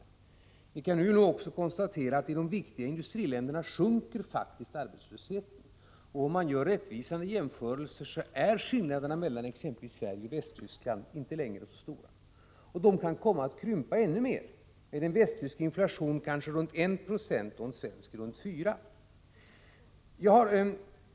Vi kan nu också konstatera att arbetslösheten faktiskt sjunker i de viktiga industriländerna. Om man gör rättvisande jämförelser, finner man att skillnaderna mellan exempelvis Sverige och Västtyskland inte längre är så stora. De kan komma att krympa ännu mer med en västtysk inflation kanske runt 1 26 och en svensk runt 4.